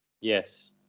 Yes